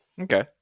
Okay